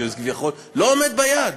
שכביכול לא עומד ביעד,